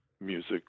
music